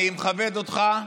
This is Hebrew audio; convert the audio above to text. אני מכבד אותך.